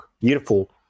beautiful